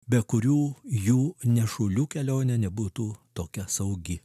be kurių jų nešulių kelionė nebūtų tokia saugi